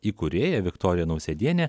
įkūrėja viktorija nausėdienė